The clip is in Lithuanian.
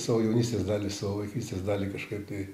savo jaunystės dalį savo vaikystės dalį kažkaip tai